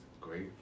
great